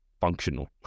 functional